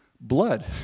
Blood